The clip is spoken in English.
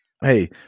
Hey